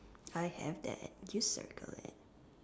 I have that just circle it